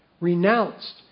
Renounced